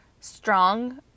strong